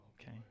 Okay